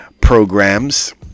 programs